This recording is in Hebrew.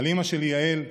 על אימא שלי, יעל,